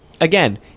Again